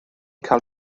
cael